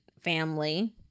family